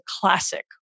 classic